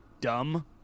dumb